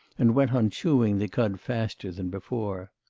and went on chewing the cud faster than before.